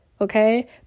okay